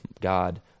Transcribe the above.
God